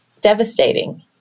devastating